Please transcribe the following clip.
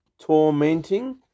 tormenting